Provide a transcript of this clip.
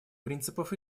принципов